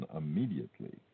immediately